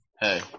Hey